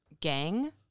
gang